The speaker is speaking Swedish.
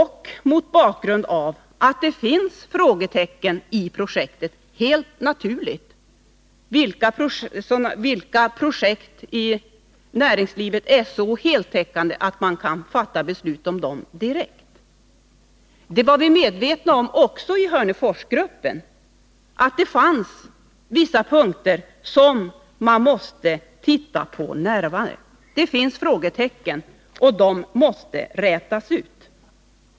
Helt naturligt finns det frågetecken kring projektet, men vilka projekt i näringslivet är så heltäckande att man kan fatta beslut om dem direkt? Också vi i Hörneforsgruppen var medvetna om att det fanns vissa punkter som man måste titta närmare på. Det finns således frågetecken, och dessa måste rätas ut.